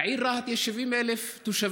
בעיר רהט יש 70,000 תושבים.